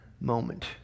moment